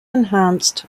enhanced